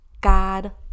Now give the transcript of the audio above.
God